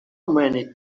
many